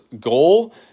goal